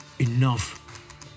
Enough